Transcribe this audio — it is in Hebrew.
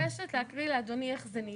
אני מבקשת להקריא לאדוני איך זה.